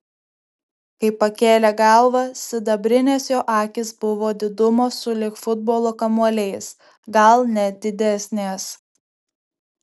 kai pakėlė galvą sidabrinės jo akys buvo didumo sulig futbolo kamuoliais gal net didesnės